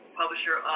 publisher